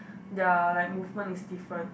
their like movement is different